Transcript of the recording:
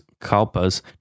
Kalpas